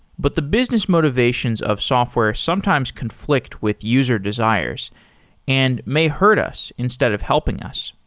but the business motivations of software sometimes conflict with user desires and may hurt us instead of helping us.